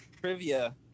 trivia